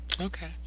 Okay